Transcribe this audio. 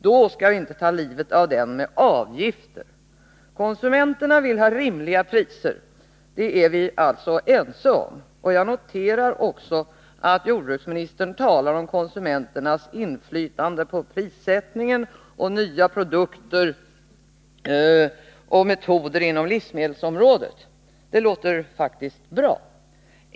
Då skall vi inte ta livet av den med avgifter. Konsumenterna vill ha rimliga priser. Det är vi alltså ense om. Och jag noterar också att jordbruksministern talar om konsumenternas inflytande på prissättningen och om nya produkter och metoder inom livsmedelsområdet. Det låter faktiskt bra.